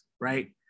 right